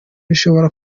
bishobora